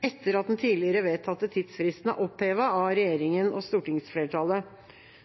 etter at den tidligere vedtatte tidsfristen er opphevet av regjeringa og stortingsflertallet.